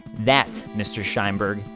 that, mr. sheinberg,